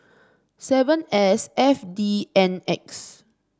seven S F D N X